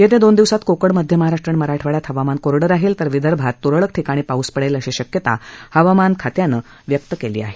येत्या दोन दिवसात कोकण मध्य महाराष्ट्र आणि मराठवाड्यात हवामान कोरडं राहील तर विदर्भात तुरळक ठिकाणी पाऊस पडेल अशी शक्यता हवामान विभागानं व्यक्त केली आहे